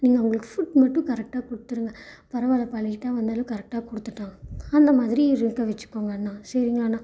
நீங்கள் அவங்களுக்கு ஃபுட் மட்டும் கரெக்டாக கொடுத்துருங்க பரவாயில்லைப்பா லேட்டாக வந்தாலும் கரெக்டாக கொடுத்துட்டான் அந்த மாதிரி இருக்க வெச்சுக்கோங்க அண்ணா சரிங்களா அண்ணா